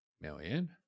million